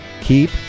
keep